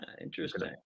Interesting